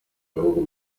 bihugu